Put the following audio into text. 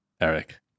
Eric